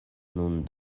nun